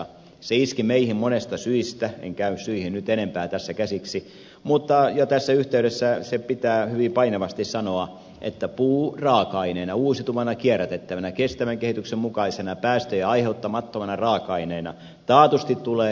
se iski meihin monista syistä en käy syihin nyt enempää tässä käsiksi mutta jo tässä yhteydessä se pitää hyvin painavasti sanoa että puu raaka aineena uusiutuvana kierrätettävänä kestävän kehityksen mukaisena päästöjä aiheuttamattomana raaka aineena taatusti tulee